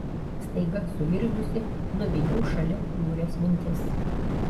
staiga suirzusi nuvijau šalin niūrias mintis